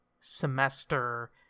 semester